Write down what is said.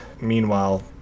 Meanwhile